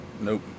Nope